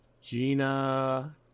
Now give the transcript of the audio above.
Gina